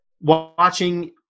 watching